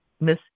Miss